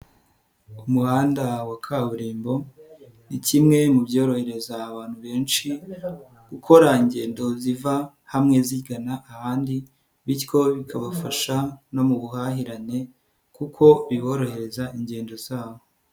Umuhanda wa kaburimbo ni kimwe mu byorohereza abantu benshi gukora ingendo ziva hamwe zigana ahandi bityo bikabafasha no mu buhahirane kuko biborohereza ingendo zabo.